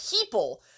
people